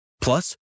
Plus